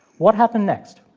what happened next?